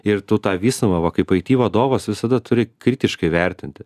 ir tu tą visumą va kaip aiti vadovas visada turi kritiškai vertinti